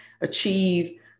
achieve